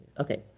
Okay